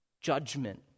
Judgment